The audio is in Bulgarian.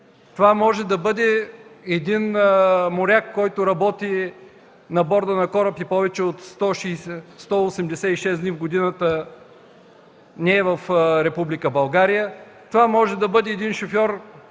Това може да бъде един моряк, който работи на борда на кораб и повече от 186 дни в годината не е в Република България. Това може да бъде един шофьор